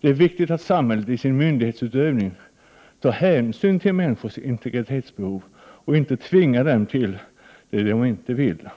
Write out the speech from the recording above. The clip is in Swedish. Den är viktigt att samhället i sin myndighetsutövning tar hänsyn till människors integritetsbehov och inte tvingar dem till det de inte vill.